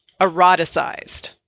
eroticized